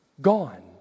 gone